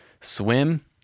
swim